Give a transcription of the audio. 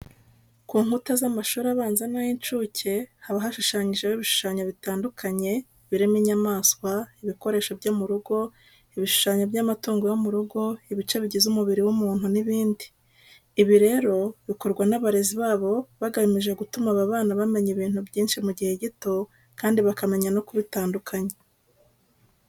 Ku nkuta z'amashuri abanza n'ay'incuke haba hashushanyijeho ibishushanyo bitandukanye birimo inyamaswa, ibikoresho byo mu rugo, ibishushanyo by'amatungo yo mu rugo, ibice bigize umubiri w'umuntu n'ibindi. Ibi rero bikorwa n'abarezi babo bagamije gutuma aba bana bamenya ibintu byinshi mu gihe gito kandi bakamenya no kubitandukanya.